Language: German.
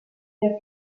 der